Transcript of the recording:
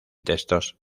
textos